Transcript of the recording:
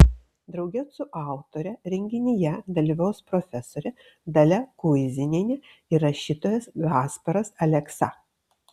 drauge su autore renginyje dalyvaus profesorė dalia kuizinienė ir rašytojas gasparas aleksa